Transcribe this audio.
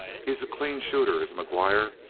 he's a clean shooter, is mcguire,